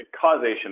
Causation